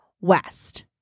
west